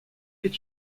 est